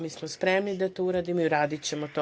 Mi smo spremni da to uradimo i uradićemo to.